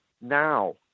now